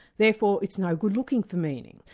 therefore it's no good looking for meaning,